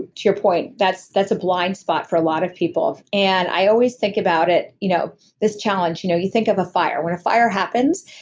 to your point, that's that's a blind spot for a lot of people. and i always think about it, you know this challenge. you know you think of a fire. when a fire happens,